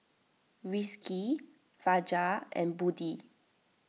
Rizqi Fajar and Budi